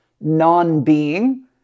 non-being